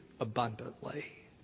Abundantly